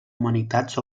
humanitats